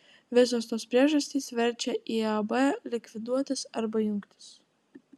visos tos priežastys verčia iab likviduotis arba jungtis